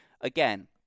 again